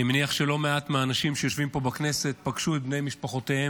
אני מניח שלא מעט מהאנשים שיושבים פה בכנסת פגשו את בני משפחותיהם,